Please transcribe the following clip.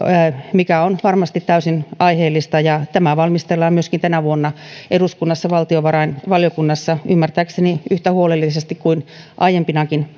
mikä on varmasti täysin aiheellista ja tämä valmistellaan myöskin tänä vuonna eduskunnassa valtiovarainvaliokunnassa ymmärtääkseni yhtä huolellisesti kuin aiempinakin